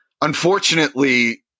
unfortunately